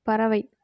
பறவை